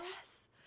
yes